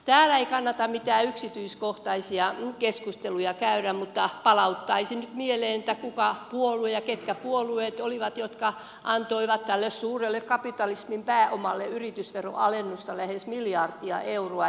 täällä ei kannata mitään yksityiskohtaisia keskusteluja käydä mutta palauttaisin nyt mieleen kuka puolue ja ketkä puolueet olivat jotka antoivat tälle suurelle kapitalismin pääomalle yritysveroalennusta lähes miljardi euroa